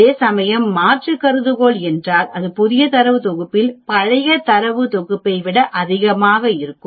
அதேசமயம் மாற்று கருதுகோள் என்றால் புதிய தரவு தொகுப்பில் பழைய தரவு தொகுப்பை விட அதிகமாக இருக்கும்